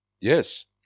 Yes